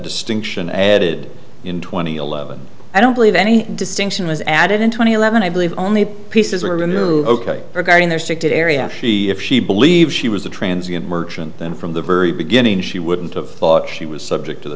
distinction added in twenty eleven i don't believe any distinction was added in twenty eleven i believe only pieces were removed ok regarding their strict area if she believes she was a transit merchant then from the very beginning she wouldn't of thought she was subject to the